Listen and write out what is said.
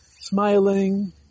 smiling